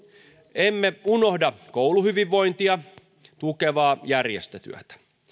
emme unohda kouluhyvinvointia tukevaa järjestötyötä